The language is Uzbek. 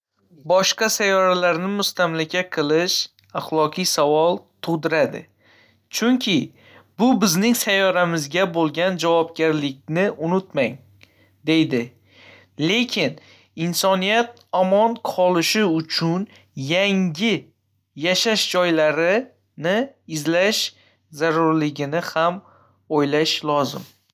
Boshqa sayyoralarni mustamlaka qilish axloqi savol tug'diradi, chunki bu bizning sayyoramizga bo'lgan javobgarlikni unutmang deydi. Lekin insoniyat omon qolish uchun yangi yashash joylarini izlash zarurligini ham o'ylash lozim.